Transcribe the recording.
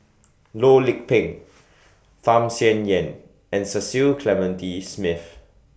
Loh Lik Peng Tham Sien Yen and Cecil Clementi Smith